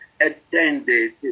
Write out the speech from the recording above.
attended